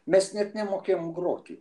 mes net nemokėjom groti